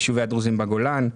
יישובי הדרוזים בגולן,